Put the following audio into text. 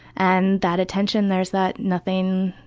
and that attention, there's that nothing,